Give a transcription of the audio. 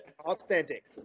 Authentic